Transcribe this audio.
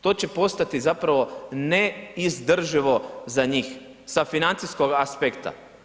To će postati zapravo neizdrživo za njih sa financijskog aspekta.